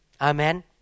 Amen